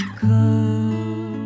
come